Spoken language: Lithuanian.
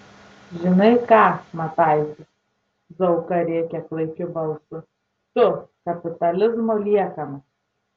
žinai ką mataiti zauka rėkia klaikiu balsu tu kapitalizmo liekana